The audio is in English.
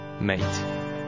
Mate